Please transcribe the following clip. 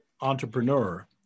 entrepreneur